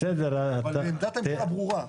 אבל עמדת הממשלה ברורה.